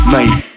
Mate